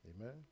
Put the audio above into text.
Amen